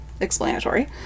explanatory